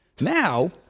Now